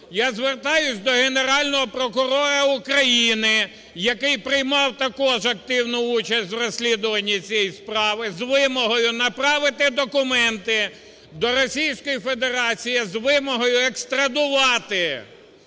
я звертаюсь до Генерального прокурора України, який приймав також активну участь в розслідуванні цієї справи з вимогою направити документи до Російської Федерації з вимогою екстрадувати